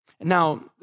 Now